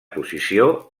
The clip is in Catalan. posició